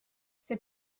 see